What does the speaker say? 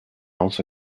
also